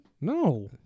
No